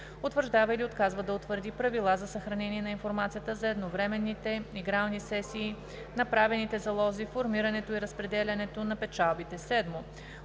утвърждава или отказва да утвърди правила за съхранение на информацията за едновременните игрални сесии, направените залози, формирането и разпределянето на печалбите; 7.